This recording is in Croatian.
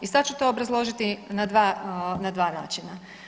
I sad ću to obrazložiti na dva načina.